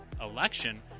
election